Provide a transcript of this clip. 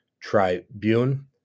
tribune